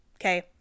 Okay